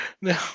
no